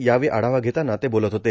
यावेळी आढावा घेताना ते बोलत होते